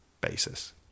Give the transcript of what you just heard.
basis